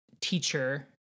teacher